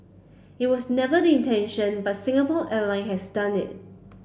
it was never the intention but Singapore Airline has done it